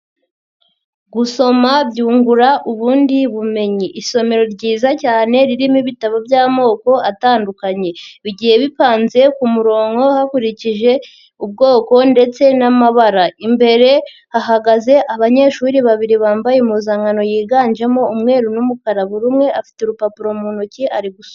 Gusoma byungura ubundi bumenyi, isomero ryiza cyane ririmo ibitabo by'amoko atandukanye, bigiye bipanze ku muronko hakurikije ubwoko ndetse n'amabara, imbere hahagaze abanyeshuri babiri bambaye impuzankano yiganjemo umweru n'umukara, buri umwe afite urupapuro mu ntoki ari gusoma.